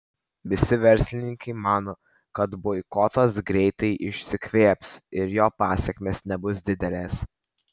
visi verslininkai mano kad boikotas greitai išsikvėps ir jo pasekmės nebus didelės